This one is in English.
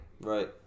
Right